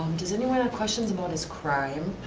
does anyone have questions about this crime?